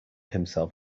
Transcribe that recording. himself